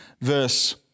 verse